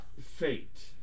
fate